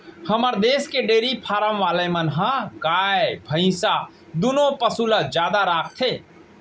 हमर देस के डेरी फारम वाला मन ह गाय भईंस दुनों पसु ल जादा राखथें